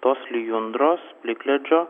tos lijundros plikledžio